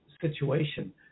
situation